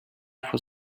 for